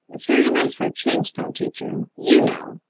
it's very nice for a change though, teacher. you know.